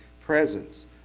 presence